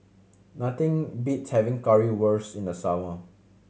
nothing beats having Currywurst in the summer